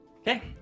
Okay